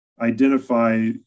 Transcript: identify